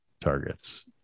targets